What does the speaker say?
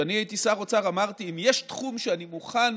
כשאני הייתי שר אוצר, אמרתי: אם יש תחום שאני מוכן